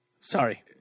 sorry